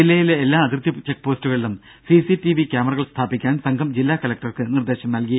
ജില്ലയിലെ എല്ലാ അതിർത്തി ചെക്പോസ്റ്റുകളിലും സിസി ടിവി ക്യാമറകൾ സ്ഥാപിക്കാൻ സംഘം ജില്ലാ കലക്ടർക്ക് നിർദ്ദേശം നൽകി